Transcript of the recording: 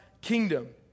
kingdom